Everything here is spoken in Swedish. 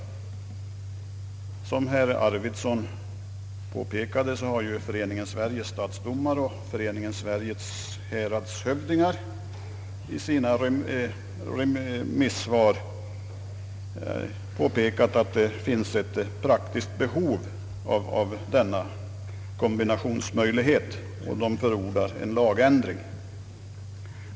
Som herr Arvidson anförde har Föreningen Sveriges stadsdomare och Föreningen Sveriges häradshövdingar i sina remissvar påpekat att det finns ett praktiskt behov av en sådan kombinationsmöjlighet, och de förordar en lagändring.